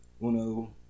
Uno